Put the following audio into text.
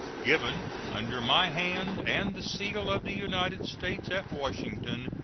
given under my hand and the seal of the united states, at washington,